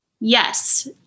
Yes